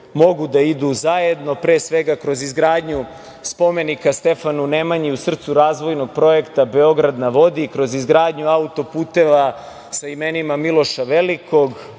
mogu da idu zajedno, pre svega kroz izgradnju spomenika Stefanu Nemanji u srcu razvojnog projekta „Beograd na vodi“ i kroz izgradnju auto-puteva sa imenima Miloša Velikog,